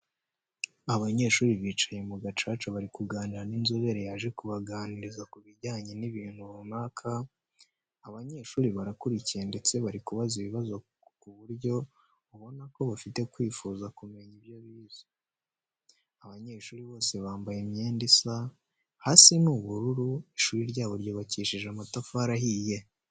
Abanyeshuri bicaye mu gacaca bari kuganira n'inzobere yaje kubaganiriza kubijyanye n'ibintu runaka, abanyeshuri barakurikiye ndetse bari kubaza ibibazo ku buryo ubona ko bafite kwifuza kumenya ibyo bize. Abanyeshuri bose bambaye imyenda isa, hasi ni ubururu, ishuri ryabo ryubakishije amatafari ahiye.